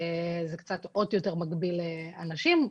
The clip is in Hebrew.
זה עוד יותר מגביל אנשים,